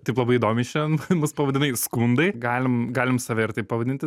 taip labai įdomiai šiandien mus pavadinai skundai galim galim save ir taip pavadinti